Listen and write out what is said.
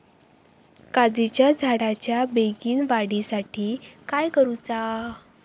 काजीच्या झाडाच्या बेगीन वाढी साठी काय करूचा?